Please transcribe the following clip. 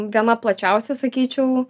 viena plačiausių sakyčiau